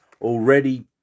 already